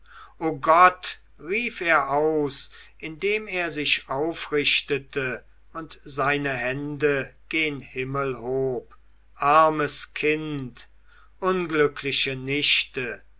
o gott rief er aus indem er sich aufrichtete und seine hände gen himmel hob armes kind unglückliche nichte